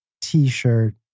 T-shirt